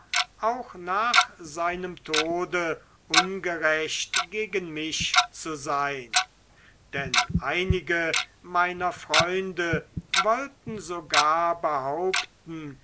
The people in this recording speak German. auch nach seinem tode ungerecht gegen mich zu sein denn einige meiner freunde wollten sogar behaupten